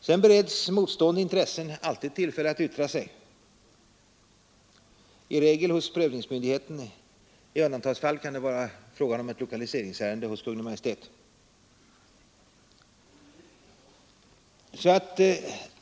Vidare bereds motstående intressen alltid tillfälle att yttra sig, i regel hos prövningsmyndigheten och i undantagsfall i ett föregående lokaliseringsärende hos Kungl. Maj:t.